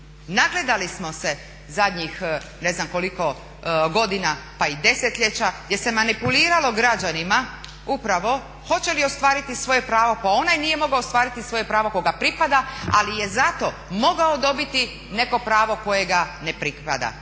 Nagledali smo se zadnjih ne znam koliko godina pa i desetljeća gdje se manipuliralo građanima upravo hoće li ostvariti svoje pravo, pa onaj nije mogao ostvariti svoje pravo koga pripada, ali je zato mogao dobiti neko pravo koje ga ne pripada.